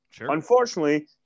Unfortunately